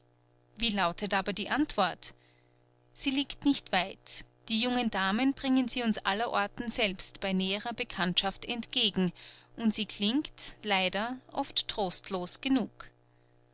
wie lautet aber die antwort sie liegt nicht weit die jungen damen bringen sie uns allerorten selbst bei näherer bekanntschaft entgegen und sie klingt leider oft trostlos genug